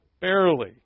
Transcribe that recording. barely